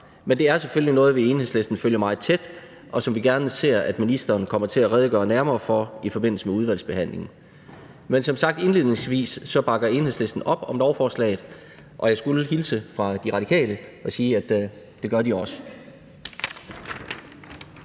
men det er selvfølgelig noget, vi i Enhedslisten følger meget tæt, og som vi gerne ser at ministeren kommer til at redegøre nærmere for i forbindelse med udvalgsbehandlingen. Men som sagt indledningsvis bakker Enhedslisten op om lovforslaget, og jeg skulle hilse fra Radikale Venstre og sige, at det gør de også.